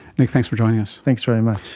like thanks for joining us. thanks very much.